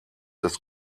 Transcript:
des